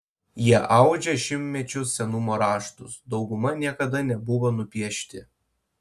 jie audžia šimtmečių senumo raštus dauguma niekada nebuvo nupiešti